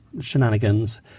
shenanigans